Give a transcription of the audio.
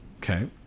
okay